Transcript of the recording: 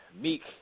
Meek